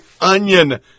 onion